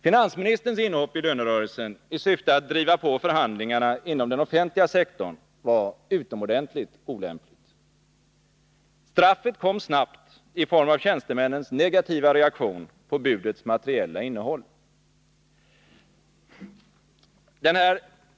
Finansministerns inhopp i lönerörelsen i syfte att driva på förhandlingarna inom den offentliga sektorn var utomordentligt olämpligt. Straffet kom snabbt i form av tjänstemännens negativa reaktion på budets materiella innehåll.